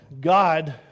God